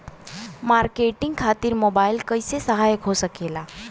Marketing खातिर mobile कइसे सहायक हो सकेला?